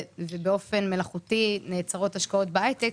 ובאופן מלאכותי נעצרות השקעות בהייטק.